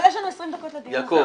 אבל יש לנו 20 דקות לדיון הזה.